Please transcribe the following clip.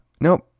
Nope